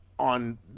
on